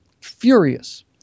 furious